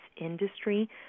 industry